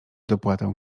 dopłatę